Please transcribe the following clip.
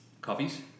Coffees